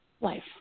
life